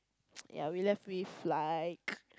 yeah we left with like